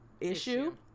issue